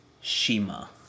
Shima